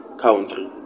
country